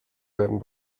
werden